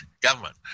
government